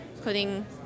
putting